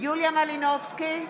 יוליה מלינובסקי,